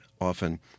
often